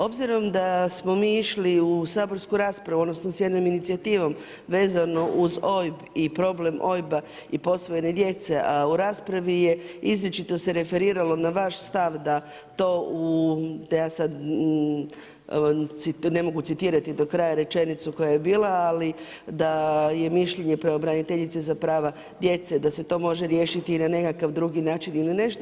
Obzirom da smo mi išli u saborsku raspravu, odnosno s jednom inicijativom vezano uz OIB i problem OIB-a i posvojene djece, a u raspravi je izričito se referiralo na vaš stav da to, da ja sad ne mogu citirati do kraja rečenicu koja je bila, ali da je mišljenje pravobraniteljice za prava djece da se to može riješiti i na nekakav drugi način ili nešto.